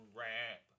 rap